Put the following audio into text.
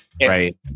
Right